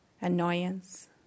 annoyance